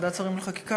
ועדת שרים לחקיקה,